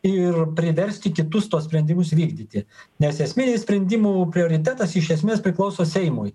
ir priversti kitus tuos sprendimus vykdyti nes esminiai sprendimų prioritetas iš esmės priklauso seimui